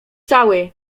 cały